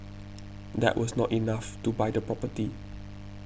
that was not enough to buy the property